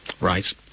Right